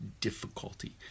difficulty